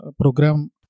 program